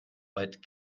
but